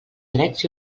drets